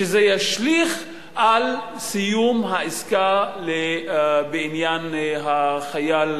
שזה ישליך על סיום העסקה בעניין החייל